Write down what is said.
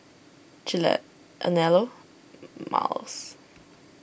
Gillette Anello Miles